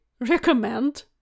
recommend